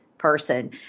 person